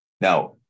Now